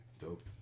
Dope